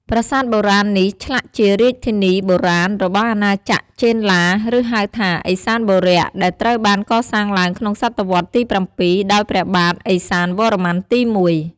ប្រាសាទបុរាណនេះធ្លាប់ជារាជធានីបុរាណរបស់អាណាចក្រចេនឡា ឬហៅថា ឥសានបុរៈ ដែលត្រូវបានកសាងឡើងក្នុងសតវត្សរ៍ទី៧ ដោយព្រះបាទឥសានវរ្ម័នទី១។